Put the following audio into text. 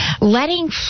letting